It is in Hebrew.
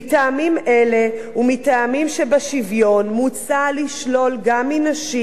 מטעמים אלה ומטעמים שבשוויון מוצע לשלול גם מנשים